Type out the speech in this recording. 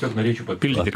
dar norėčiau papildyt